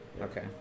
Okay